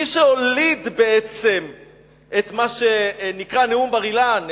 מי שהוליד בעצם את מה שנקרא נאום בר-אילן,